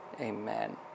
Amen